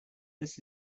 this